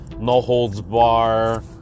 no-holds-bar